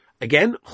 again